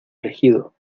elegido